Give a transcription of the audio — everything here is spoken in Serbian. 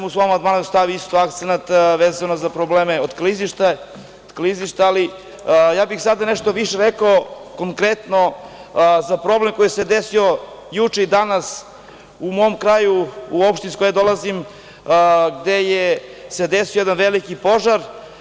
U svom amandmanu sam stavio akcenat vezan za problema klizišta, ali sada bih nešto više rekao konkretno za problem koji se desio juče i danas u mom kraju, u opštini iz koje ja dolazim, gde se desio jedan veliki požar.